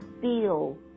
feel